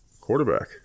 quarterback